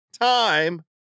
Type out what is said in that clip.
time